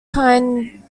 time